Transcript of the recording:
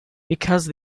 because